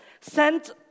sent